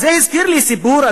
אז זה הזכיר לי סיפור,